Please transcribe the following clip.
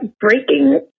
breaking